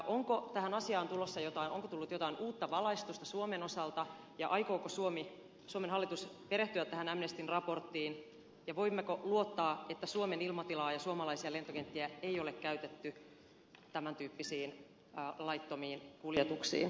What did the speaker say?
onko tähän asiaan tullut jotain uutta valaistusta suomen osalta ja aikooko suomen hallitus perehtyä tähän amnestyn raporttiin ja voimmeko luottaa että suomen ilmatilaa ja suomalaisia lentokenttiä ei ole käytetty tämän tyyppisiin laittomiin kuljetuksiin